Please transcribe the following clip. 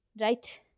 right